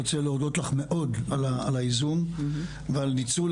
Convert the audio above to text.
אני רוצה להודות לך מאוד על האיזון ועל הניצול,